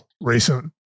recent